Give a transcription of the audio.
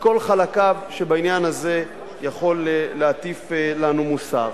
מכל חלקיו, שבעניין הזה יכול להטיף לנו מוסר.